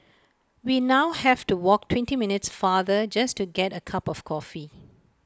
we now have to walk twenty minutes farther just to get A cup of coffee